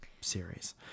series